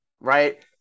right